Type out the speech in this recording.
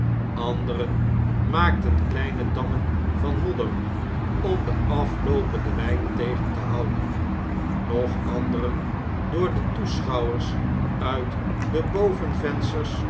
anderen maakten kleine dammen van modder om den afloopenden wjjn tegen te houden nog anderen door de toeschouwers uit de